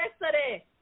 yesterday